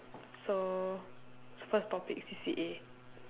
so first topic C_C_A